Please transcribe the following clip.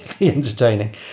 entertaining